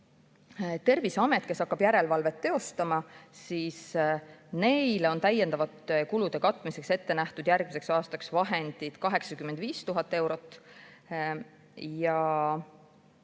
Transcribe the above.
Terviseametile, kes hakkab järelevalvet teostama, on täiendavate kulude katmiseks ette nähtud järgmiseks aastaks 85 000 eurot.